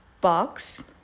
box